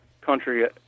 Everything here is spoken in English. country